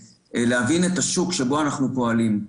ולהבין את השוק שבו אנחנו פועלים.